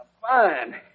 Fine